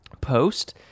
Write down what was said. post